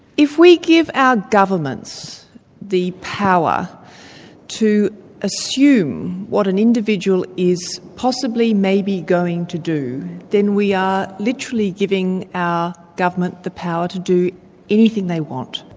if we give our governments the power to assume what an individual is possibly maybe going to do, then we are literally giving our government the power to do anything they want.